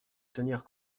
tenir